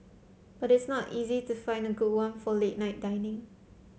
but it's not easy to find a good one for late night dining